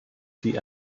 see